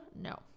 No